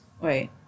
wait